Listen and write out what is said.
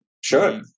Sure